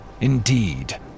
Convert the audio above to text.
Indeed